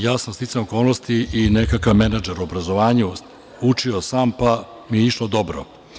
Ja sam sticajem okolnosti i nekakav menadžer u obrazovanju, učio sam, pa mi išlo dobro.